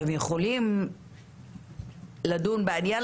אתם יכולים לדון בעניין,